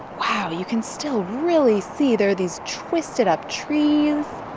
wow. you can still really see there are these twisted-up trees.